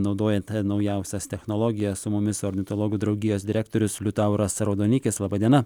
naudojant naujausias technologijas su mumis ornitologų draugijos direktorius liutauras raudonikis laba diena